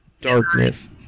darkness